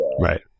right